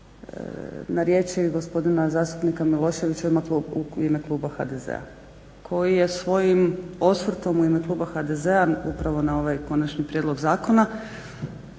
na riječi gospodina zastupnika Miloševića u ime kluba HDZ-a koji je svojim osvrtom u ime kluba HDZ-a upravo na ovaj konačni prijedlog zakona